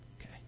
okay